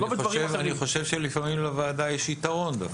אני חושב שלפעמים לוועדה יש יתרון.